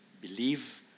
believe